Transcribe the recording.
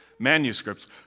manuscripts